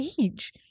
age